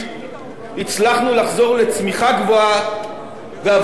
הצלחנו לחזור לצמיחה גבוהה ואבטלה נמוכה.